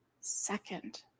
second